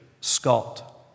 Scott